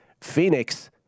Phoenix